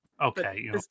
Okay